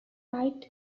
right